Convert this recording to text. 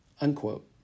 unquote